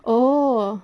oh